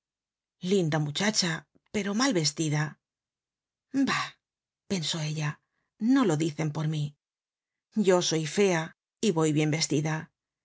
linda muchacha pero mal vestida bah pensó ella no lo dice por mí yo soy fea y voy bien vestida